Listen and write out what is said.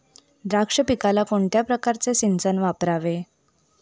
द्राक्ष पिकाला कोणत्या प्रकारचे सिंचन वापरावे?